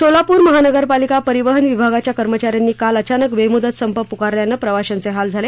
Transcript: सोलापूर महानगरपालिका परिवहन विभागाच्या कर्मचाऱ्यांनी काल अचानक बेमुदत संप पुकारल्यानं प्रवाशांचे हाल झाले